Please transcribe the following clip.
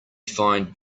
find